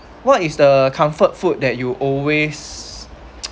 what is the comfort food that you always